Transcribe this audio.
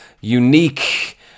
unique